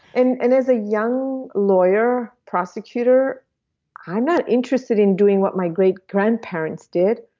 and and as a young lawyer, prosecutor i'm not interested in doing what my great-grandparents did.